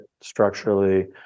structurally